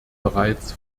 bereits